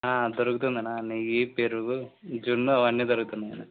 దొరుకుతుందన్నా నెయ్యి పెరుగు జున్ను అవన్నీ దొరుకుతున్నాయ్ అన్న